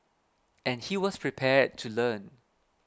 and he was prepared to learn